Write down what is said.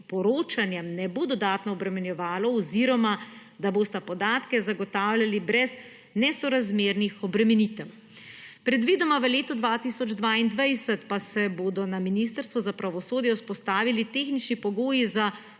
ne bo dodatno obremenjevalo oziroma da bosta podatke zagotavljali brez nesorazmernih obremenitev. Predvidoma v letu 2022 pa se bodo na Ministrstvu za pravosodje vzpostavili tehnični pogoji za vodenje